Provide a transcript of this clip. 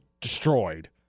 destroyed